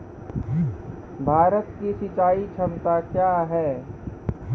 भारत की सिंचाई क्षमता क्या हैं?